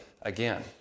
again